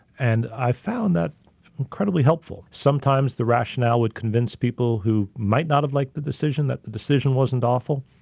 and i found that incredibly helpful. sometimes the rationale would convince people who might not have like the decision that the decision wasn't awful.